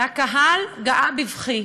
והקהל געה בבכי,